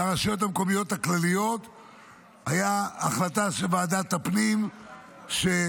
לרשויות המקומיות הכלליות היה החלטה של ועדת הפנים שאושרה